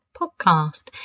Podcast